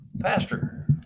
pastor